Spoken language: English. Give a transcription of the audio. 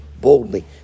boldly